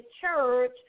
church